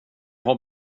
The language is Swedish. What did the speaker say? har